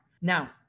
Now